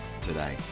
today